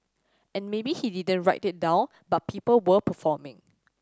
and maybe he didn't write it down but people were performing